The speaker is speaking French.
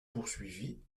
poursuivi